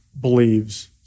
believes